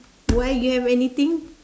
why you have anything